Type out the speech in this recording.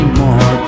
more